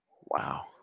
Wow